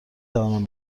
توانم